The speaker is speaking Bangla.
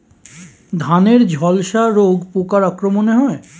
ধানের ঝলসা রোগ পোকার আক্রমণে হয়?